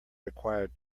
required